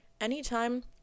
anytime